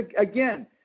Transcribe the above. again